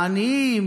לעניים,